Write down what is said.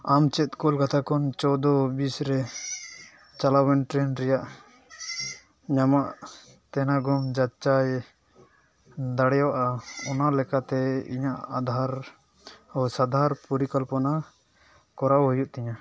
ᱟᱢ ᱪᱮᱫ ᱠᱳᱞᱠᱟᱛᱟ ᱠᱷᱚᱱ ᱪᱳᱫᱫᱳ ᱵᱤᱥ ᱨᱮ ᱪᱟᱞᱟᱣᱮᱱ ᱴᱨᱮᱱ ᱨᱮᱭᱟᱜ ᱧᱟᱢᱚᱜ ᱛᱮᱱᱟᱜ ᱠᱚᱢ ᱡᱟᱪᱟᱭ ᱫᱟᱲᱮᱭᱟᱜᱼᱟ ᱚᱱᱟ ᱞᱮᱠᱟᱛᱮ ᱤᱧᱟᱹᱜ ᱟᱫᱷᱟᱨ ᱚ ᱥᱟᱸᱜᱷᱟᱨ ᱯᱚᱨᱤᱠᱚᱞᱯᱚᱱᱟ ᱠᱚᱨᱟᱣ ᱦᱩᱭᱩᱜ ᱛᱤᱧᱟᱹ